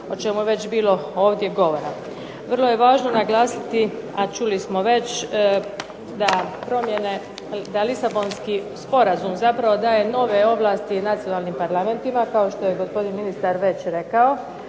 o čemu je već bilo ovdje govora. Vrlo je važno naglasiti a čuli smo već, da LIsabonski sporazum daje nove ovlasti nacionalnim parlamentima kao što je gospodin ministar već rekao.